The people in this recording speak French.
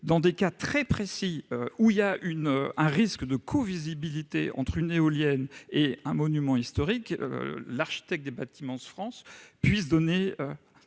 dans les cas très précis où existe un risque de covisibilité entre une éolienne et un monument historique, l'architecte des Bâtiments de France puisse émettre